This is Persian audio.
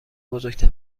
بزرگتر